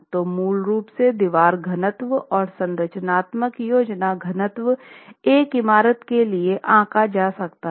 तो मूल रूप से दीवार घनत्व और संरचनात्मक योजना घनत्व एक इमारत के लिए आंका जा सकता है